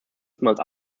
smelled